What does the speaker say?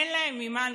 אין להם ממה לחיות,